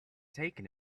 taken